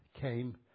came